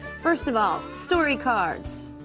first of all, story cards.